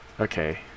Okay